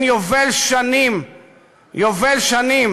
למנוע הפרדת הכפרים הערביים הפלסטיניים